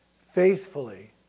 faithfully